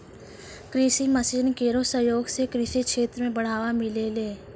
कृषि मसीन केरो सहयोग सें कृषि क्षेत्र मे बढ़ावा मिललै